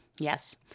Yes